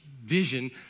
vision